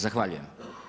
Zahvaljujem.